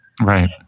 Right